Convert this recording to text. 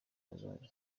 hazaza